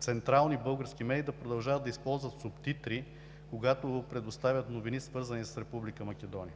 централни български медии да продължават да използват субтитри, когато предоставят новини, свързани с Република Македония.